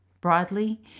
Broadly